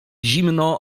zimno